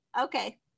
okay